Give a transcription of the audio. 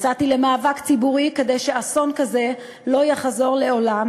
יצאתי למאבק ציבורי כדי שאסון כזה לא יחזור לעולם.